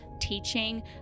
teaching